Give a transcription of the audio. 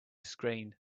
screen